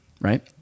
right